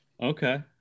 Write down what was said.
Okay